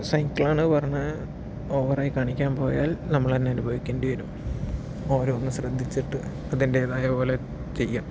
സൈക്കിളാണ് പറഞ്ഞ് ഓവറായി കാണിക്കാൻ പോയാൽ നമ്മള് തന്നെ അനുഭവിക്കേണ്ടി വരും ഓരോന്ന് ശ്രദ്ധിച്ചിട്ട് അതിൻ്റെതായ പോലെ ചെയ്യുക